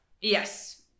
Yes